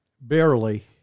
barely